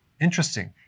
Interesting